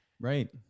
right